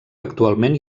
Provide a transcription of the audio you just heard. actualment